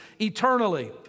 eternally